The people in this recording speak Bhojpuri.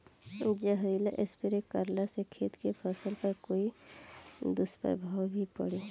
जहरीला स्प्रे करला से खेत के फसल पर कोई दुष्प्रभाव भी पड़ी?